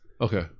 okay